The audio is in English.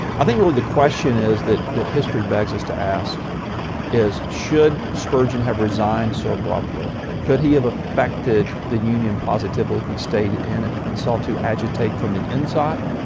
i think really the question is, that that history begs us to ask is, should spurgeon have resigned so abruptly. could he have affected the union positively if he'd stayed in it and sought to agitate from the inside.